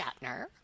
Shatner